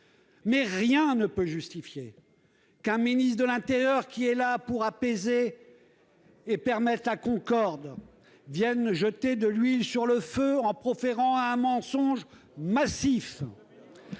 rien ne peut justifier qu'un ministre de l'intérieur, qui est là pour apaiser et permettre la concorde, jette de l'huile sur le feu en proférant un mensonge massif.